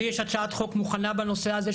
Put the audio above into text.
לי יש הצעת חוק מוכנה בנושא הזה,